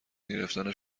گرفتن